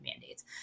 mandates